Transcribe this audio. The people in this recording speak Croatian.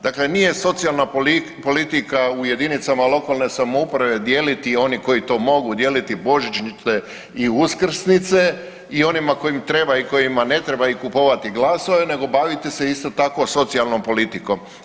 Dakle, nije socijalna politika u jedinicama lokalne samouprave dijeliti oni koji to mogu dijeliti božićnice i uskrsnice i onima kojima treba i kojima ne treba i kupovati glasove nego baviti se isto tako socijalnom politikom.